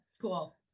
Cool